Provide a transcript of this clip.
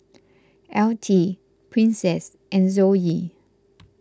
Altie Princess and Zoe